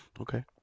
Okay